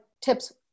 tips